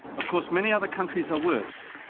of course many other countries are worse,